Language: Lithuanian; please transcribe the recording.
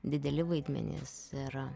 dideli vaidmenys ir